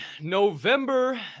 November